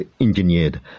engineered